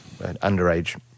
underage